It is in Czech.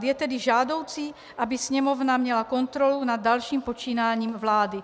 Je tedy žádoucí, aby Sněmovna měla kontrolu nad dalším počínáním vlády.